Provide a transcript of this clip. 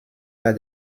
par